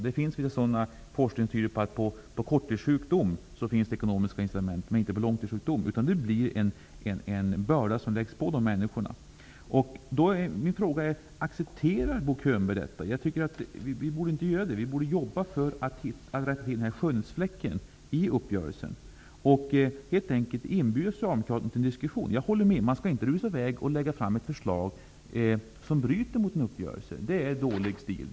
Det finns forskning som tyder på att det vid korttidssjukdom finns ekonomiska incitament, inte vid långtidssjukdom. I stället blir det här en börda som läggs på människorna i fråga. Accepterar Bo Könberg detta? Jag tycker att vi inte borde göra det. I stället borde vi jobba för att få bort den här skönhetsfläcken i uppgörelsen genom att helt enkelt inbjuda Socialdemokraterna till en diskussion. Jag håller däremot helt med om att man inte skall rusa i väg och lägga fram ett förslag som bryter mot en uppgörelse. Det är dålig stil.